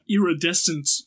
iridescent